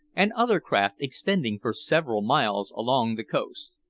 and other craft extending for several miles along the coast.